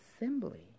assembly